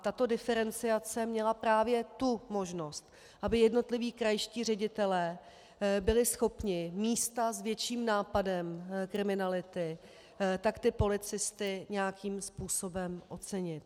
Tato diferenciace měla právě tu možnost, aby jednotliví krajští ředitelé byli schopni v místech s větším nápadem kriminality policisty nějakým způsobem ocenit.